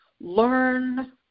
learn